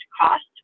cost